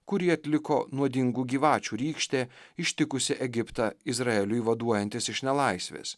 kurį atliko nuodingų gyvačių rykštė ištikusi egiptą izraeliui vaduojantis iš nelaisvės